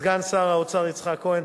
לסגן שר האוצר יצחק כהן,